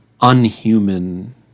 unhuman